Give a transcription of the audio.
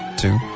two